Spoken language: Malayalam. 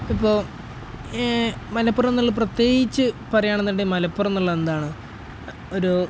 ഇപ്പോൾ മലപ്പുറം എന്നുള്ള പ്രത്യേകിച്ച് പറയുകയാണെന്നുണ്ടെങ്കിൽ മലപ്പുറം എന്നുള്ളത് എന്താണ് ഒരു